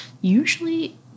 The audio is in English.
usually